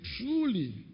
truly